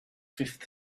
fifth